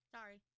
Sorry